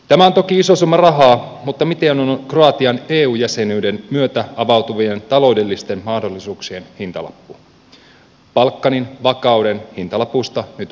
tämä on toki iso summa rahaa mutta mikä on kroatian eu jäsenyyden myötä avautuvien taloudellisten mahdollisuuksien hintalappu balkanin vakauden hintalapusta nyt puhumattakaan